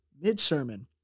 mid-sermon